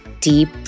deep